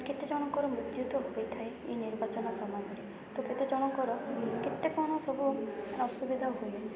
କେତେଜଣଙ୍କର ମୃତ୍ୟୁ ତ ହୋଇଥାଏ ଏଇ ନିର୍ବାଚନ ସମୟରେ ତ କେତେଜଣଙ୍କର କେତେ କ'ଣ ସବୁ ଅସୁବିଧା ହୁଏ